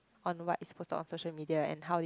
on what is posted on social media and how this